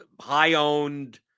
high-owned